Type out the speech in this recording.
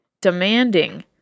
demanding